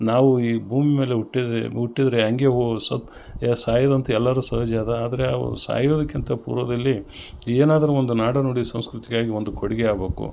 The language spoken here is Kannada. ನಾವು ಈ ಭೂಮಿ ಮೇಲೆ ಹುಟ್ಟಿದರೆ ಹುಟ್ಟಿದರೆ ಹಾಗೆ ಹೊ ಸಬ್ ಸಾಯೋದಂತ ಎಲ್ಲರು ಸಹಜ ಅದ ಆದರೆ ಅವು ಸಾಯುದಕ್ಕಿಂತ ಪೂರ್ವದಲ್ಲಿ ಏನಾದರು ಒಂದು ನಾಡುನುಡಿ ಸಂಸ್ಕೃತಿಗಾಗಿ ಒಂದು ಕೊಡುಗೆ ಆಗ್ಬಕು